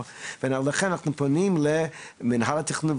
את התשובה עליה ולכן אנחנו פונים למנהל התכנון,